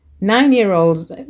Nine-year-olds